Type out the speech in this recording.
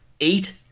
eight